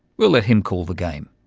we'll let him call the game.